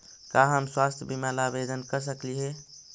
का हम स्वास्थ्य बीमा ला आवेदन कर सकली हे?